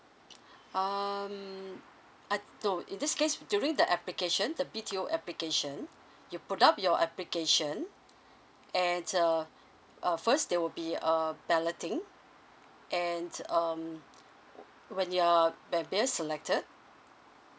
um uh no in this case during the application the B_T_O application you put up your application and uh uh first there will be err balloting and um when you're be being selected